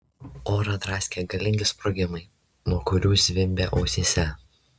orą draskė galingi sprogimai nuo kurių zvimbė ausyse